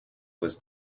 was